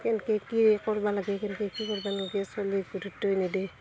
কেনকে কি কৰবা লাগে কেনকে কি কৰবা নালগে চলি গুৰুত্বই নেদে